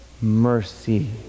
mercy